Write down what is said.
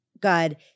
God